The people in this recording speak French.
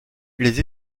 les